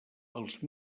els